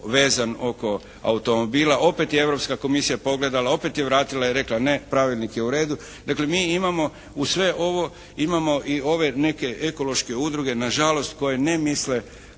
vezan oko automobila. Opet je Europska komisija, opet je vratila i rekla ne, pravilnik je u redu. Dakle mi imamo uz sve imamo i ovo ove neke ekološke udruge nažalost koje ne misle